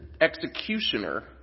executioner